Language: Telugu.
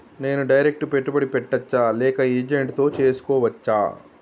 నేను డైరెక్ట్ పెట్టుబడి పెట్టచ్చా లేక ఏజెంట్ తో చేస్కోవచ్చా?